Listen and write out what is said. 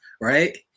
right